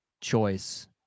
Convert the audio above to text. choice